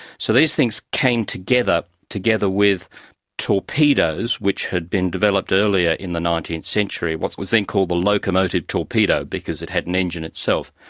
so these things came together, together with torpedoes which had been developed earlier in the nineteenth century, what was then called the locomotive torpedo because it had an engine itself,